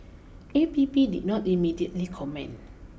A P P did not immediately comment